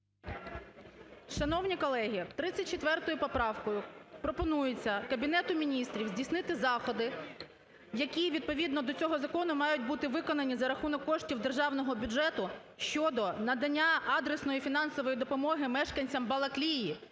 Шановні колеги, 34 поправкою пропонується Кабінету Міністрів здійснити заходи, які відповідно до цього закону мають бути виконані за рахунок коштів державного бюджету щодо надання адресної фінансової допомоги мешканцям Балаклії,